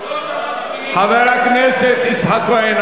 חבר הכנסת יצחק כהן.